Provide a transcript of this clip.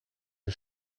een